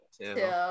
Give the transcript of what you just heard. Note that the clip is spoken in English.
Two